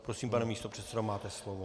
Prosím, pane místopředsedo, máte slovo.